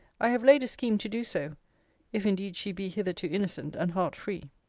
i have laid a scheme to do so if indeed she be hitherto innocent and heart-free.